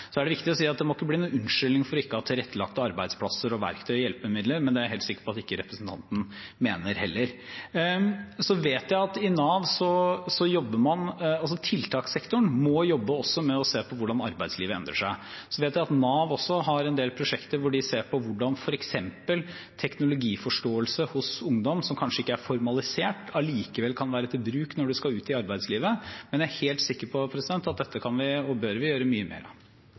Det er viktig å si at det ikke må bli noen unnskyldning for ikke å ha tilrettelagte arbeidsplasser, verktøy og hjelpemidler, men det er jeg helt sikker på at representanten ikke mener heller. Tiltakssektoren må jobbe også med å se på hvordan arbeidslivet endrer seg. Jeg vet at Nav har en del prosjekter, hvor de ser på f.eks. hvordan teknologiforståelse hos ungdom som kanskje ikke er formalisert, likevel kan være til bruk når man skal ut i arbeidslivet. Men jeg er helt sikker på at dette kan og bør vi gjøre mye mer